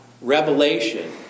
revelation